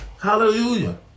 Hallelujah